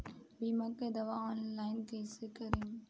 बीमा के दावा ऑनलाइन कैसे करेम?